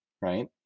right